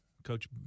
Coach